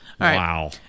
Wow